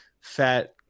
fat